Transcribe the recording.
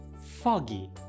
Foggy